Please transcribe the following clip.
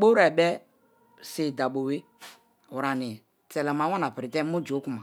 bowe̱be̱ si̱bi̱dabobe̱ ori̱ ani̱ te̱le̱ma wami̱napi̱rịte̱ mu̱nju̱ ku̱ma.